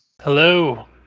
Hello